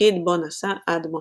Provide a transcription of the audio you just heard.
תפקיד בו נשא עד מותו.